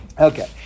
okay